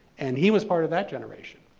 and he was part of that generation.